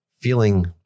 feeling